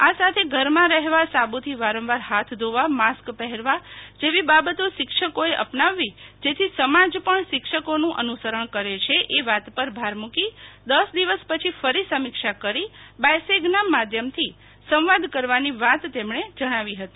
આ સાથે ઘરમાં રહેવા સાબુથી વારંવાર હાથ ધોવા માસ્ક પહેરવા જેવી બાબતો શિક્ષકોએ અપનાવવી જેથી સમાજ પણ શિક્ષકોનું અનુસરણ કરે છે એ વાત પર ભાર મૂકી દસ દિવસ પછી ફરી સમીક્ષા કરી બાયસેગના માધ્યમથી સંવાદ કરવાની વાત તેમણે જણાવી હતી